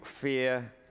fear